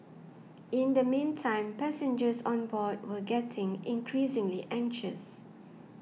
in the meantime passengers on board were getting increasingly anxious